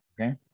Okay